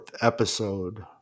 episode